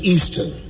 Eastern